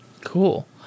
Cool